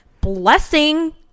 blessing